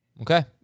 Okay